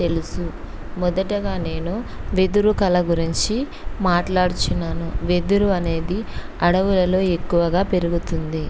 తెలుసు మొదటగా నేను వెదురు కళ గురించి మాట్లాడుచున్నాను వెదురు అనేది అడవులలో ఎక్కువగా పెరుగుతుంది